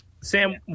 Sam